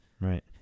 Right